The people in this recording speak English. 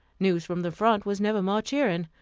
news from the front was never more cheering.